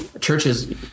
churches